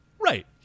Right